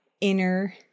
inner